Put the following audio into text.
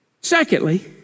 Secondly